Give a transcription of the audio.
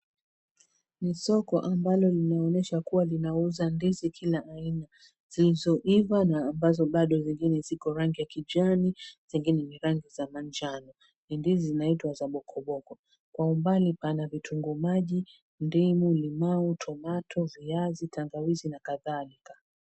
Ni soko ambalo linaonyesha kuwa linauza ndizi kila aina, zilizokiva na ambazo bado zingine ziko rangi ya kijani, zingine ni rangi za manjano. Ni ndizi zinaitwa za bokoboko. Kwa mbali pana vitunguu maji, ndimu, limao, tomato , viazi, tangawizi na kadhalika.